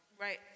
right